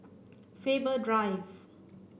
Faber Drive